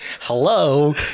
hello